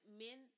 men